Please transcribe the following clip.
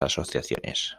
asociaciones